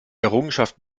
errungenschaften